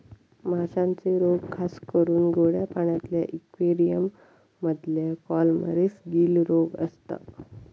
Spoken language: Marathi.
माश्यांचे रोग खासकरून गोड्या पाण्यातल्या इक्वेरियम मधल्या कॉलमरीस, गील रोग असता